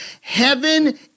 Heaven